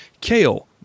Kale